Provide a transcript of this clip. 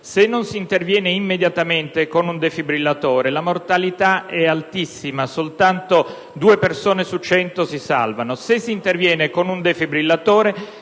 Se non si interviene immediatamente con un defibrillatore, la mortalità è altissima, soltanto due persone su cento si salvano. Se si interviene con un defibrillatore,